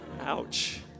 Ouch